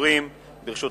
הצעת